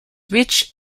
rich